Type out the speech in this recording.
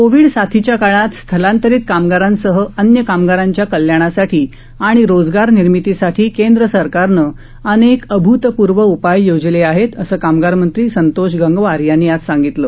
Covid साथीच्या काळात स्थलांतरित कामगारांसह अन्य कामगारांच्या कल्याणासाठी आणि रोजगार निर्मितीसाठी केंद्र सरकारनं अनेक अभूतपूर्व उपाय योजले आहेत असं कामगार मंत्री संतोष गंगवार यांनी आज सांगितलं